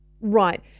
Right